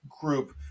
group